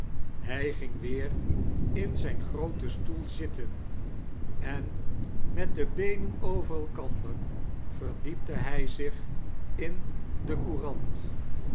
hij ging weer in zqn grooten stoel zitten en met de beenen over elkander verdiepte hq zich in de courant